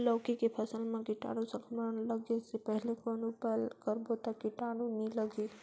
लौकी के फसल मां कीटाणु संक्रमण लगे से पहले कौन उपाय करबो ता कीटाणु नी लगही?